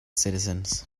citizens